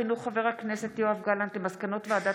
שבעה ילדים ו-117 אזרחים מצאו את מותם